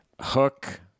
Hook